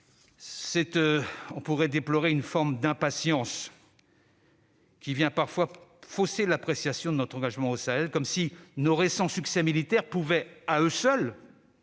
on pourrait déplorer qu'une certaine forme d'impatience tende parfois à fausser l'appréciation de notre engagement au Sahel, comme si nos récents succès militaires pouvaient à eux seuls